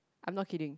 I'm not kidding